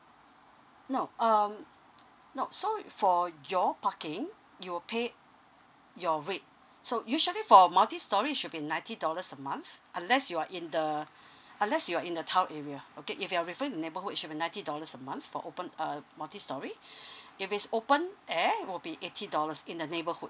no um no so for your parking you will pay your rate so usually for a multi storey should be ninety dollars a month unless you're in the unless you're in the town area okay if you're referring to neighbourhood it should be ninety dollars a month for open uh multi storey if it's open air will be eighty dollars in the neighbourhood